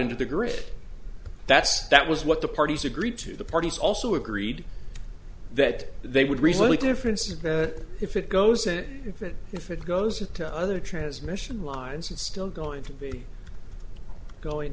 into the grid that's that was what the parties agreed to the parties also agreed that they would recently difference is that if it goes and if it if it goes to other transmission lines and still going to be going